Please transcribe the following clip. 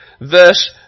verse